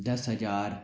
दस हजार